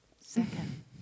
second